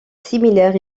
similaire